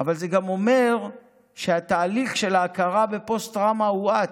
אבל זה גם אומר שהתהליך של ההכרה בפוסט-טראומה הואץ,